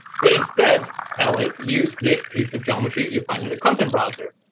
but instead, tell it use this piece of geometry you find in the content browser,